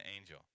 angel